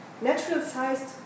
Natural-sized